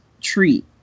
treat